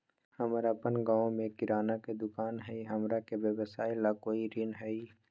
हमर अपन गांव में किराना के दुकान हई, हमरा के व्यवसाय ला कोई ऋण हई?